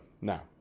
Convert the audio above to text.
Now